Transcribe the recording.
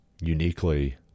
uniquely